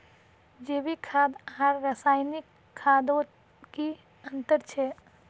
जैविक खाद आर रासायनिक खादोत की अंतर छे?